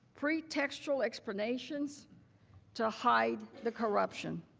pretextual explanations to hide the corruption.